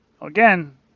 again